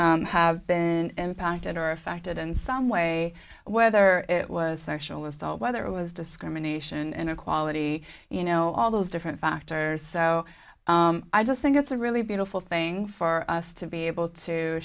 s have been impacted or affected in some way whether it was sexual assault whether it was discrimination inequality you know all those different factors so i just think it's a really beautiful thing for us to be able to